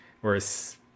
whereas